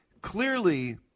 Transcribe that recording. clearly